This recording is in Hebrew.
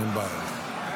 אין בעיה.